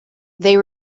they